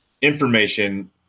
information